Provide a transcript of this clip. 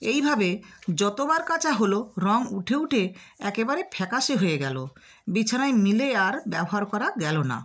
এইভাবে যতোবার কাচা হলো রঙ উঠে উঠে একেবারে ফ্যাকাশে হয়ে গেলো বিছানায় মিলে আর ব্যবহার করা গেলো না